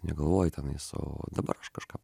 negalvoji tenais o dabar aš kažką